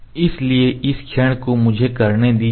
इसलिए इस क्षण को मुझे करने दीजिए